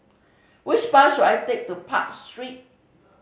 which bus should I take to Park Street